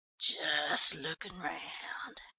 just lookin' round,